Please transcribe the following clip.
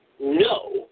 no